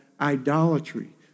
idolatry